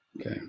Okay